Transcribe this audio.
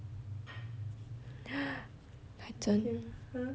kai zhen